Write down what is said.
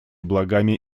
благами